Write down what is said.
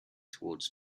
towards